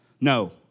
No